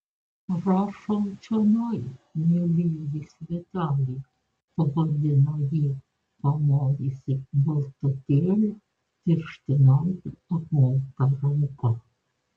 prašom čionai mielieji sveteliai pavadino ji pamojusi baltutėle pirštinaite apmauta ranka